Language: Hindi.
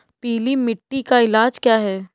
पीली मिट्टी का इलाज क्या है?